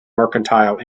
mercantile